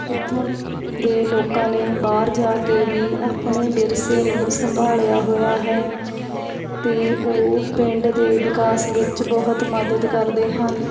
ਇੱਥੋਂ ਦੇ ਲੋਕਾਂ ਨੇ ਬਾਹਰ ਜਾ ਕੇ ਵੀ ਆਪਣੇ ਵਿਰਸੇ ਨੂੰ ਸੰਭਾਲਿਆ ਹੋਇਆ ਹੈ ਅਤੇ ਉਹ ਪਿੰਡ ਦੇ ਵਿਕਾਸ ਵਿੱਚ ਬਹੁਤ ਮਦਦ ਕਰਦੇ ਹਨ